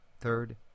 Third